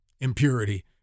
impurity